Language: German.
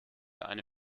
eine